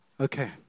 Okay